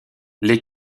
les